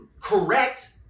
correct